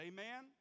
Amen